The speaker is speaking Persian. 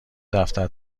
دفتر